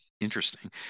Interesting